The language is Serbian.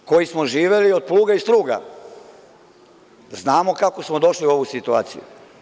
Mi koji smo živeli od pluga i struga znamo kako smo došli u ovu situaciju.